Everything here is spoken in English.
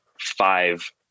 five